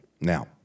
Now